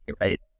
right